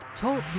Talk